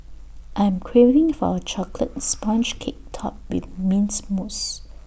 I am craving for A Chocolate Sponge Cake Topped with Mint Mousse